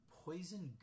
poison